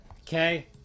Okay